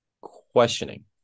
questioning